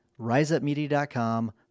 RiseUpMedia.com